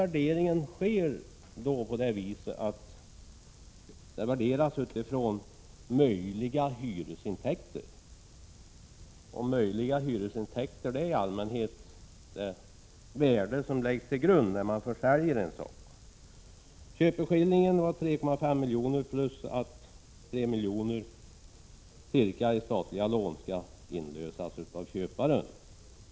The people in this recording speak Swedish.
Värderingen har skett utifrån möjliga hyresintäkter, och det är i allmänhet det värde som läggs till grund vid försäljning. Köpeskillingen uppgår till 3,5 milj.kr. Ca 3 milj.kr. i statliga lån skall dessutom inlösas av köparen.